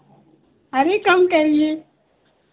अरे कम करिए